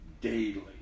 daily